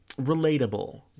relatable